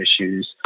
issues